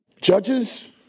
Judges